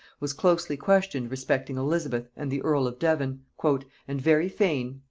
was closely questioned respecting elizabeth and the earl of devon and very fain,